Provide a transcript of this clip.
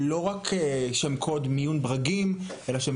לא רק שם קוד "מיון ברגים" אלא שהם